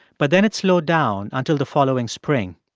but then it slowed down until the following spring.